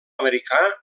americà